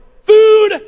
food